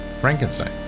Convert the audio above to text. Frankenstein